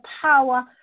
power